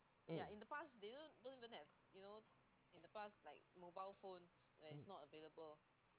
mm mm